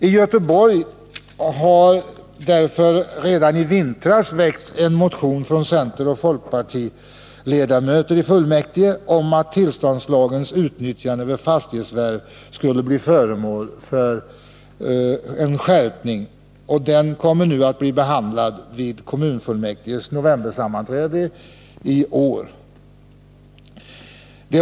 I Göteborg väcktes därför redan i vintras en motion från centeroch folkpartiledamöter i fullmäktige om att tillståndslagens utnyttjanden vid fastighetsförvärv skulle bli föremål för en skärpning. Den motionen kommer nu att bli behandlad vid kommunfullmäktiges novembersammanträde.